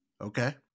Okay